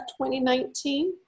2019